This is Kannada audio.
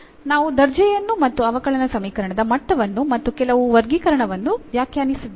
ನಾವು ದರ್ಜೆಯನ್ನು ಮತ್ತು ಅವಕಲನ ಸಮೀಕರಣದ ಮಟ್ಟವನ್ನು ಮತ್ತು ಕೆಲವು ವರ್ಗೀಕರಣವನ್ನು ವ್ಯಾಖ್ಯಾನಿಸಿದ್ದೇವೆ